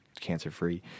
cancer-free